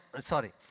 sorry